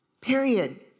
period